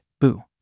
boo